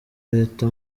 leta